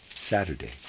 Saturday